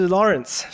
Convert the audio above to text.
Lawrence